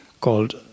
called